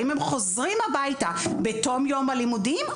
האם הם חוזרים הביתה בתוך יום הלימודים,